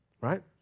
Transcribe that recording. right